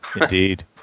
Indeed